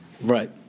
Right